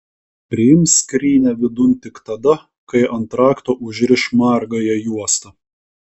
priims skrynią vidun tik tada kai ant rakto užriš margąją juostą